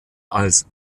als